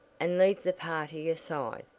and leave the party aside.